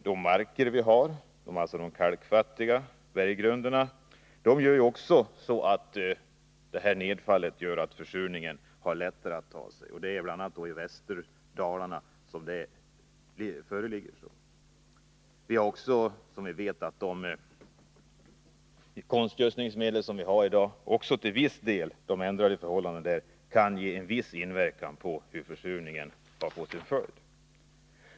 De marker vi har, med kalkfattiga berggrunder, gör att nedfallets försurande effekt lättare slår igenom. Det gäller bl.a. Västerdalarna. Vidare vet vi att ändringarna när det gäller konstgödselmedel i dag till viss del kan inverka på försurningen.